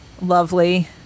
lovely